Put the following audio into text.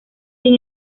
sin